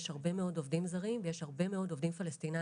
יש הרבה מאוד עובדים זרים ויש הרבה מאוד עובדים פלסטינים.